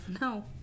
No